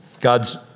God's